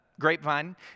grapevine